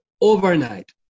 overnight